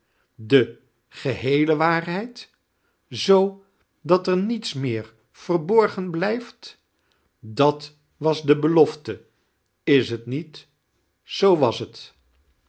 de geheele waarheid zoo dat er niets miear verborgen blijft dat was de belofte is t niet zoo was het